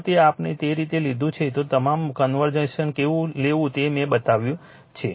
જો તે આપણે જે રીતે લીધું છે અને તમામ વર્ઝન્સ કેવી રીતે લેવું તેને મેં બતાવ્યું છે